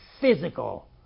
physical